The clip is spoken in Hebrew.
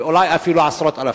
ואולי אפילו עשרות אלפים.